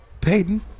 Peyton